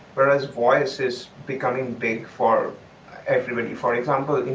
whereas voice is becoming big for everybody. for example,